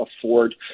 afford